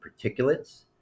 particulates